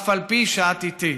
אף על פי שאת איתי.